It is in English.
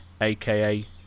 aka